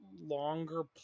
longer